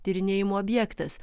tyrinėjimo objektas